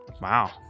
Wow